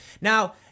Now